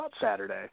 Saturday